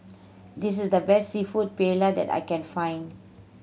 this is the best Seafood Paella that I can find